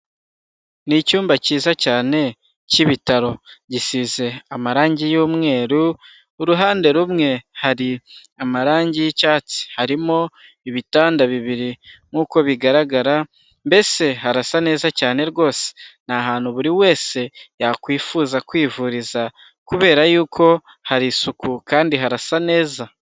Ni icyumba cyiza cyane cy'ibitaro, gisize amarangi y'umweru, uruhande rumwe hari amarangi y'icyatsi, harimo ibitanda bibiri nkuko bigaragara mbese harasa neza cyane rwose, ni ahantu buri wese yakwifuza kwivuriza kubera yuko hari isuku kandi harasa neza.